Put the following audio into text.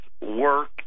work